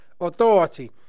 authority